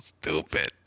stupid